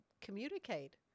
communicate